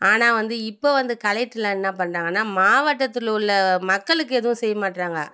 ஆனால் வந்து இப்போ வந்து கலெக்ட்ருலாம் என்ன பண்ணுறாங்கன்னா மாவட்டத்தில் உள்ளே மக்களுக்கு எதுவும் செய்ய மாட்டுறாங்க